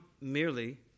merely